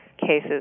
cases